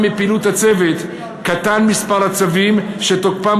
עקב פעילות הצוות קטן מספר הצווים שתוקפם